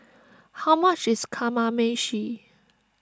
how much is Kamameshi